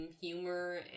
humor